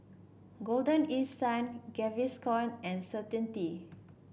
Golden East Sun Gaviscon and Certainty